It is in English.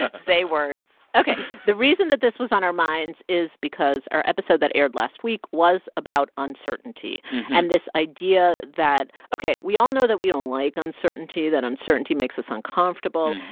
say words ok, the reason that this was on our minds is because our episode that aired last week was about uncertainty and this idea that, ok, we all know that we don't like uncertainty, that uncertainty makes us uncomfortable.